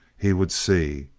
he would see,